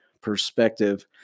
perspective